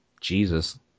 Jesus